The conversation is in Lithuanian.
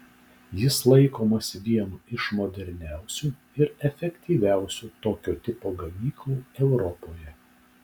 jis laikomas vienu iš moderniausių ir efektyviausių tokio tipo gamyklų europoje